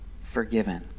forgiven